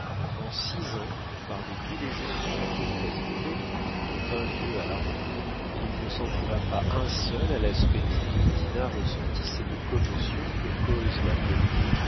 en six ans parmi tous les gens qui lui furent présentés de vingt lieues à la ronde il ne s'en trouva pas un seul à l'aspect de qui dinah ressentît cette commotion que cause la beauté